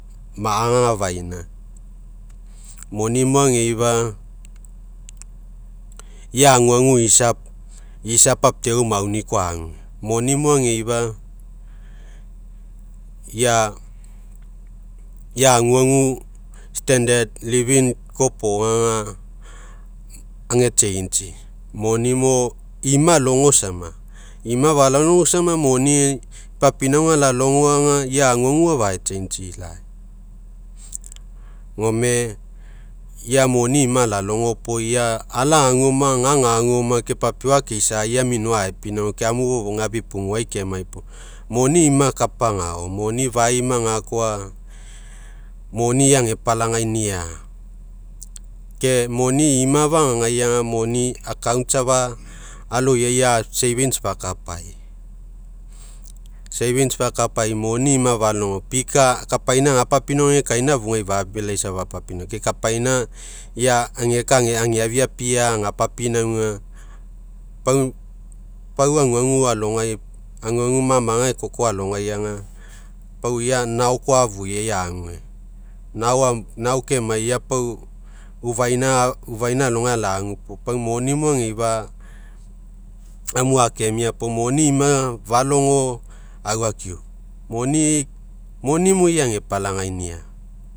Ma agafaina moni mo ageifa ia aguagu isa, isa papiau mauni koa agu. Moni mo ageifa ia ia aguagu standard living kopoga aga age change'i moni mo ima alogo sama, ima afalalogo sama moni ipapinauga alalogo aga i aguagu afae change'i lai. Gome ia moni ima alalogo puo ia ala aguoma ia ga agagu oma ke papiau akeisaa ia minoa aepinauga ke amu fofougai afipuguai kemai, moni ima kapa agao moni faima gakoa moni agepalagainia. Ke moni ima fagagai aga moni account safa aloiai ia savings fakapai, savings fakapai moni ima falogo pika kapaina agapapinauga agekaina afugai fafilaisa ke kapaina ia ageka ageafiapia agapapinauga pau pau aguagu alogai aguagu mamaga ekoko alogai aga, pau ia nao koa afuiai ague nao kemai ia pau ufaina ufaina alogai ala'agu puo pau moni mo ageifa amu akemia puo moni ima falogo au akiu moni moni mo ia agepalagainia